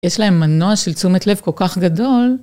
יש להם מנוע של תשומת לב כל-כך גדול.